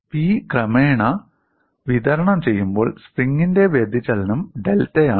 P ക്രമേണ വിതരണം ചെയ്യുമ്പോൾ സ്പ്രിംഗിന്റെ വ്യതിചലനം ഡെൽറ്റയാണ്